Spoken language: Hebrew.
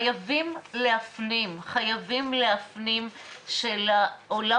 חייבים להפנים חייבים להפנים שלעולם